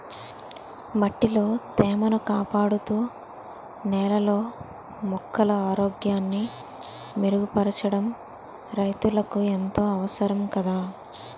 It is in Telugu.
మట్టిలో తేమను కాపాడుతూ, నేలలో మొక్కల ఆరోగ్యాన్ని మెరుగుపరచడం రైతులకు ఎంతో అవసరం కదా